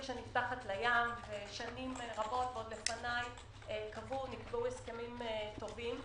שנפתחת לים ושנים רבות לפניי נקבעו הסכמים טובים.